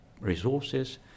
resources